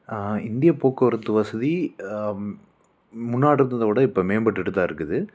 இந்திய போக்குவரத்து வசதி முன்னாடி இருந்ததை விட இப்போ மேம்பட்டுட்டு தான் இருக்குது